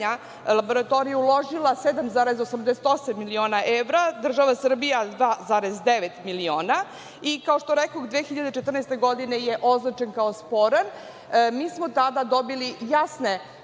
laboratorije, uložila 7,88 miliona evra, država Srbija 2,9 miliona i kao što rekoh 2014. godine je označen kao sporan. Mi smo tada dobili jasne